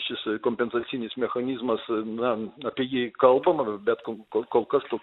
šis kompensacinis mechanizmas ne apie jį kalbama bet ko kol kas